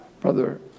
Brother